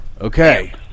Okay